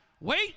Wait